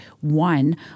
one